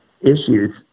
issues